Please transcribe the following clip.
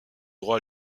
droit